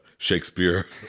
Shakespeare